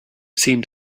seemed